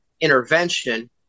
intervention